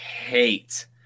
hate